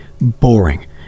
boring